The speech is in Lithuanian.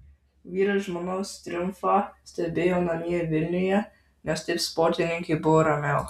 vyras žmonos triumfą stebėjo namie vilniuje nes taip sportininkei buvo ramiau